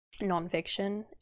nonfiction